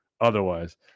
otherwise